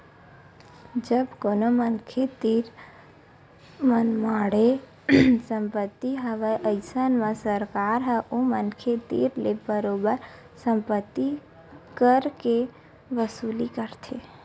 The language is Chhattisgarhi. जब कोनो मनखे तीर मनमाड़े संपत्ति हवय अइसन म सरकार ह ओ मनखे तीर ले बरोबर संपत्ति कर के वसूली करथे